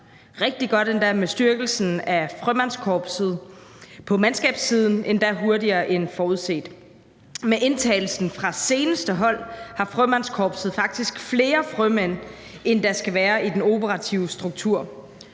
rigtig godt endda, med styrkelsen af Frømandskorpset – på mandskabssiden endda hurtigere end forudset. Med indtagelsen fra seneste hold har Frømandskorpset faktisk flere frømænd, end der skal være i den operative struktur.